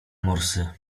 morsy